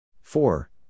four